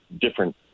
different